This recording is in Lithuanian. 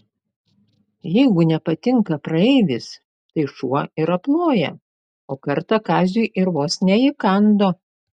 jeigu nepatinka praeivis tai šuo ir aploja o kartą kaziui ir vos neįkando